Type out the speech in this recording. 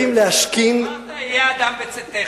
אמרת: היה אדם בצאתך.